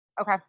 Okay